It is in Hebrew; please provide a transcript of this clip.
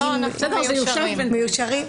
זה יושב בינתיים.